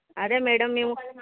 అదే మ్యాడం మేము